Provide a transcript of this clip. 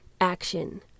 action